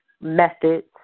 methods